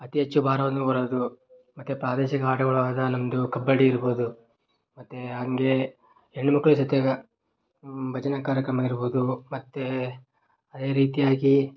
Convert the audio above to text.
ಅತಿ ಹೆಚ್ಚು ಭಾರವನ್ನು ಹೊರೋದು ಮತ್ತು ಪ್ರಾದೇಶಿಕ ಆಟಗಳಾದ ನಮ್ಮದು ಕಬಡ್ಡಿ ಇರ್ಬೋದು ಮತ್ತು ಹಂಗೆ ಹೆಣ್ಮಕ್ಳು ಜೊತೆಗೆ ಭಜನ ಕಾರ್ಯಕ್ರಮ ಇರ್ಬೋದು ಮತ್ತು ಅದೇ ರೀತಿಯಾಗಿ